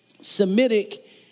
Semitic